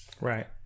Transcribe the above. Right